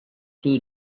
two